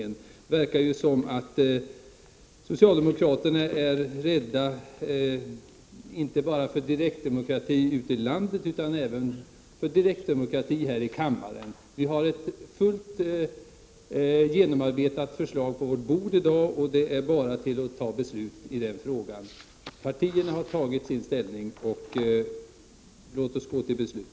Det verkar ju som om socialdemokraterna skulle vara rädda inte bara för direktdemokrati ute i landet utan även för direktdemokrati här i kammaren. I dag har vi ett fullt genomarbetat förslag, så det är bara att fatta beslut i frågan. Partierna har tagit ställning. Låt oss gå till beslut!